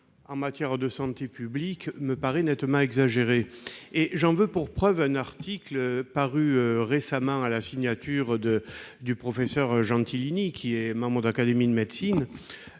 en matière de santé publique me paraît nettement exagéré. J'en veux pour preuve un article paru récemment, sous la signature du professeur Gentilini, membre de l'Académie de médecine,